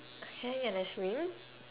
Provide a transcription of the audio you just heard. hang and then swing